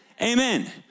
Amen